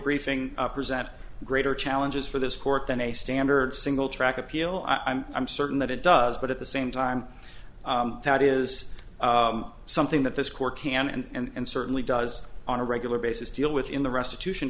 briefing present greater challenges for this court than a standard singletrack appeal i'm i'm certain that it does but at the same time that is something that this court can and certainly does on a regular basis deal with in the restitution